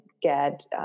get